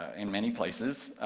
in many places,